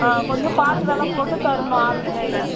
ஆ கொஞ்சம் பார்த்து வில போட்டு தரணும் ஆளுங்கள் கையில